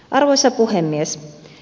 arvoisa puhemies